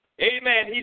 Amen